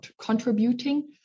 contributing